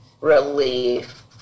relief